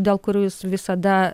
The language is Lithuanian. dėl kurių jis visada